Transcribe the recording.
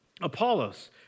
Apollos